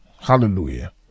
Hallelujah